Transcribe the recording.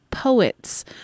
poets